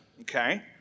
okay